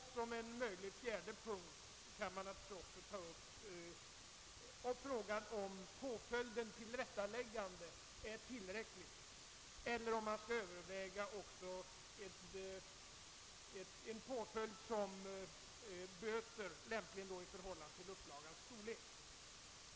Såsom en möjlig fjärde punkt kan man naturligtvis ta upp frågan om huruvida påföljden tillrättaläggande är tillräckligt eller om det bör övervägas också en påföljd i form av böter i förhållande till upplagans storlek.